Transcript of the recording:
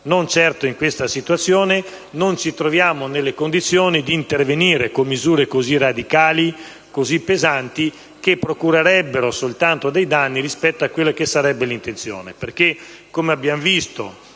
momento e in questa situazione: non ci troviamo nelle condizioni di intervenire con misure così radicali e pesanti che potrebbero procurare solo danni rispetto a quella che sarebbe l'intenzione.